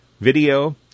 video